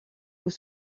aux